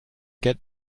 get